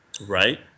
Right